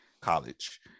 college